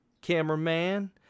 cameraman